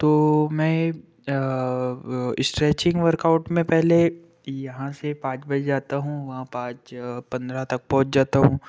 तो मैं stretching workout में पहले यहाँ से पाँच बजे जाता हूँ वहाँ पाँच पंद्रह तक पहुंच जाता हूँ